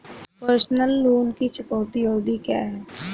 Personal loan की चुकौती अवधि क्या है?